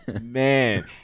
Man